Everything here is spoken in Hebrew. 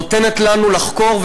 נותן לנו לחקור.